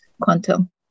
Quantum